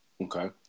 Okay